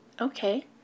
Okay